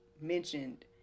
mentioned